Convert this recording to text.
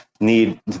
need